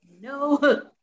no